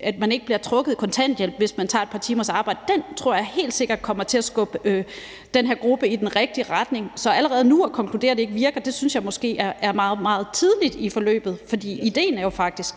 at man ikke bliver trukket i kontanthjælp, hvis man tager et par timers arbejde. Den tror jeg helt sikkert kommer til at skubbe den her gruppe i den rigtige retning. Så allerede nu at konkludere, at det ikke virker, synes jeg måske er meget, meget tidligt i forløbet, for idéen er jo faktisk